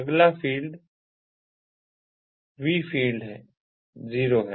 अगला field V field 0 है